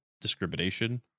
discrimination